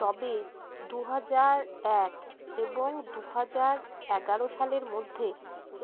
তবে দু হাজার এক এবং দু হাজার এগারো সালের মধ্যে